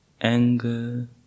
anger